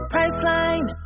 Priceline